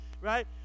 right